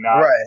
Right